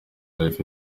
lyfe